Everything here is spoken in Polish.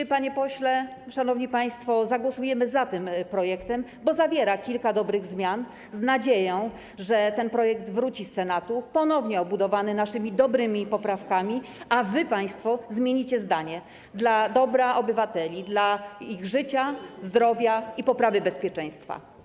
Dziś, panie pośle, szanowni państwo, zagłosujemy za tym projektem, bo zawiera kilka dobrych zmian, z nadzieją, że ten projekt wróci z Senatu ponownie obudowany naszymi dobrymi poprawkami, a państwo zmienicie zdanie dla dobra obywateli, dla ich życia, zdrowia i poprawy bezpieczeństwa.